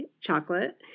Chocolate